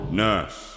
nurse